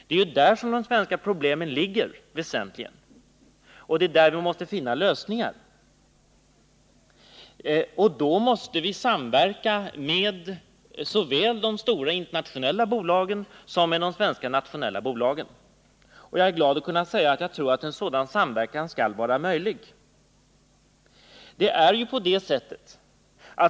Det är ju där som de svenska problemen egentligen finns, och det är där vi måste finna lösningar. Då måste vi samverka såväl med de stora internationella bolagen som med de svenska nationella bolagen. Jag är glad att kunna säga att jag tror att en sådan samverkan är möjlig.